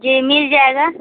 जी मिल जाएगा